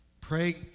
Pray